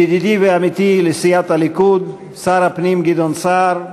ידידי ועמיתי לסיעת הליכוד, שר הפנים גדעון סער,